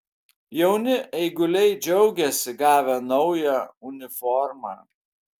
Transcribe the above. jauni eiguliai džiaugiasi gavę naują uniformą